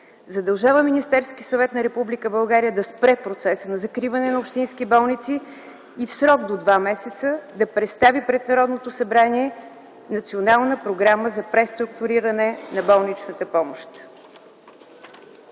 Задължава Министерския съвет на Република България да спре процеса на закриване на общински болници и в срок до 2 месеца да представи пред Народното събрание Национална програма за преструктуриране на болничната помощ.”